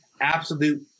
absolute